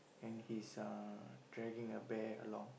and he's uh dragging a bear along